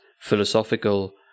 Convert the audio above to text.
philosophical